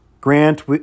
Grant